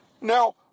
Now